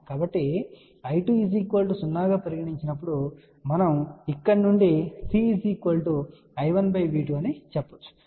కాబట్టి I2 0 గా పరిగణించి నప్పుడు మనము ఇక్కడ నుండి C I1 V2 అని చెప్పగలం